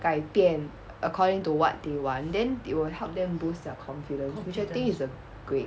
改变 according to what they want then it will help them boost their confidence which I think it's a great